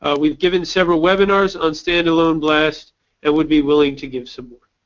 ah we've given several webinars on standalone blast and would be willing to give some more.